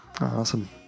Awesome